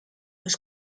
was